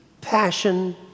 passion